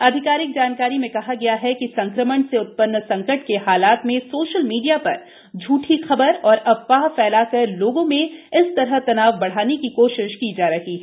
आधिकारिक जानकारी में कहा गया है कि संक्रमण से उत्पन्न संकट के हालात में सोशल मीडिया पर झूठी खबर और अफवाह फैलाकर लोगों में इस तरह तनाव बढ़ाने की कोशिश की जा रही है